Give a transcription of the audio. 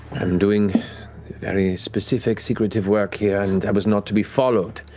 i'm doing very specific secretive work here and i was not to be followed.